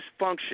dysfunction